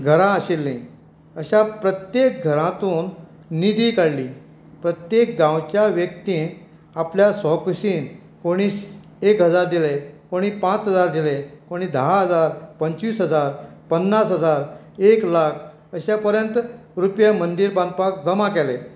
घरां आशिल्लीं अशा प्रत्येक घरातून निधी काडली प्रत्येक गांवच्या व्यक्तीन आपल्या स्वखुशीन कोणी एक हजार दिले कोणी पांच हजार दिले कोणी दहा हजार पंचवीस हजार पन्नास हजार एक लाख अशा पर्यंत रुपया मंदीर बांदपाक जमा केलें